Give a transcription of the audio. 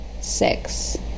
Six